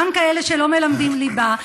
גם כאלה שלא מלמדים ליבה,